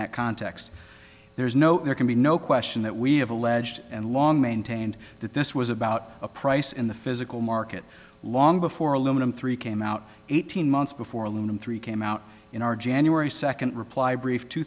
that context there is no there can be no question that we have alleged and long maintained that this was about a price in the physical market long before aluminum three came out eighteen months before aluminum three came out in our january second reply brief two